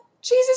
Jesus